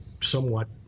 somewhat